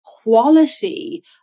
quality